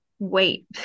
Wait